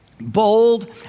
bold